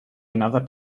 another